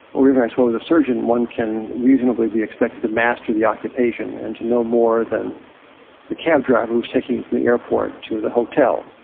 or even, i suppose, a surgeon, one can reasonably be expected to master the occupation, and to know more than the cab driver who's taking you from the airport to the hotel.